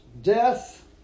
death